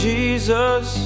Jesus